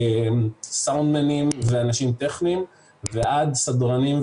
סאונדמנים ואנשים טכניים; ועד סדרנים,